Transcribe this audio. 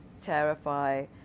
terrify